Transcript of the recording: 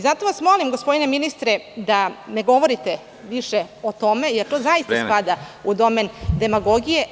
Zato vas molim, gospodine ministre, da ne govorite više o tome… (Predsedavajući: Vreme.) … jer to zaista spada u domen demagogije.